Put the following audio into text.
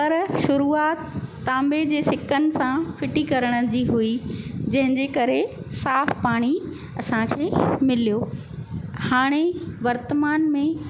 पर शुरूआति तांबे जे सिकनि सां फिटी करण जी हुई जंहिंजे करे साफ़ु पाणी असांखे मिलियो हाणे वर्तमान में